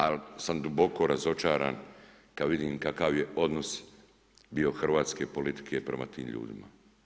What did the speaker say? Ali sam duboko razočaran kad vidim kakav je odnos bio hrvatske politike prema tim ljudima.